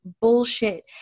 Bullshit